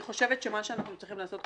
מה שאנחנו צריכים לעשות,